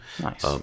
nice